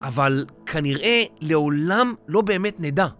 אבל כנראה לעולם לא באמת נדע.